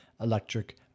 electric